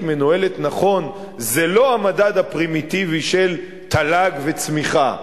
מנוהלת נכון זה לא המדד הפרימיטיבי של תל"ג וצמיחה,